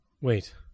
wait